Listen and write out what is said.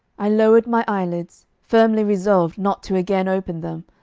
i lowered my eyelids, firmly resolved not to again open them,